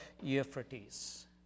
Euphrates